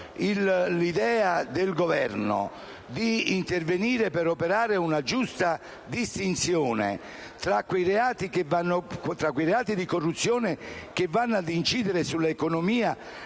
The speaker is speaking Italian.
Governo è convinto di intervenire per operare una giusta distinzione tra i reati di corruzione che vanno ad incidere sull'economia